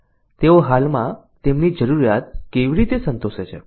તેઓ હાલમાં તેમની જરૂરિયાત કેવી રીતે સંતોષે છે